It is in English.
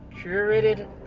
curated